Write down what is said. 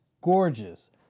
gorgeous